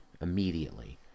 immediately